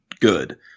good